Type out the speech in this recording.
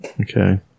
Okay